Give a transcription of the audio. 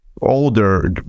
older